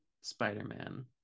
spider-man